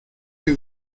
que